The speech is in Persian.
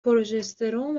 پروژسترون